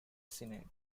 senate